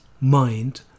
mind